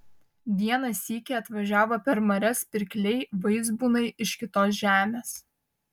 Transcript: vieną sykį atvažiavo per marias pirkliai vaizbūnai iš kitos žemės